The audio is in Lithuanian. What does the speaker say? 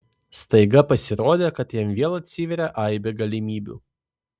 staiga pasirodė kad jam vėl atsiveria aibė galimybių